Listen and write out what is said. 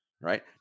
right